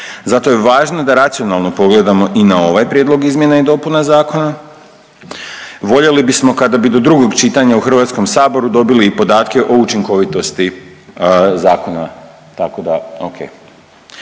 Zato je važno da racionalno pogledamo i na ovaj Prijedlog izmjena i dopuna zakona, voljeli bismo kada bi do drugog čitanja u HS-u dobili i podatke o učinkovitosti zakona, tako da, okej.